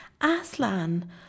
Aslan